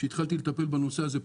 כשהתחלתי לטפל בנושא הזה,